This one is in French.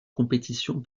compétition